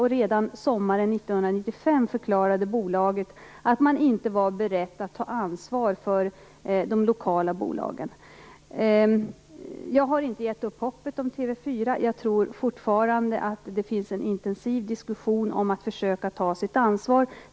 Redan sommaren 1995 förklarade bolaget att man inte var beredd att ta ansvar för de lokala bolagen. Jag har inte gett upp hoppet om TV 4. Jag tror fortfarande att det finns en intensiv diskussion om att försöka ta ett ansvar.